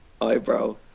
eyebrow